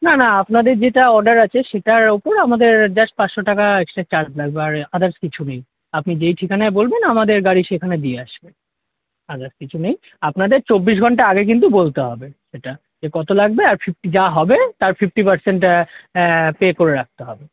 না না আপনাদের যেটা অর্ডার আছে সেটার ওপর আমাদের জাস্ট পাঁচশো টাকা এক্সট্রা চার্জ লাগবে আর আদার্স কিছু নেই আপনি যেই ঠিকানায় বলবেন আমাদের গাড়ি সেখানে দিয়ে আসবে আদার্স কিছু নেই আপনাদের চব্বিশ ঘন্টা আগে কিন্তু বলতে হবে সেটা যে কত লাগবে আর ফিফটি যা হবে তার ফিফটি পার্সেন্ট পে করে রাখতে হবে